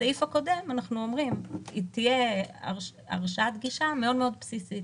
בסעיף הקודם אנחנו אומרים: תהיה הרשאת גישה מאוד מאוד בסיסית,